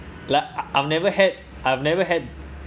like I've never had I've never had